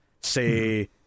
say